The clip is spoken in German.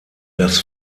das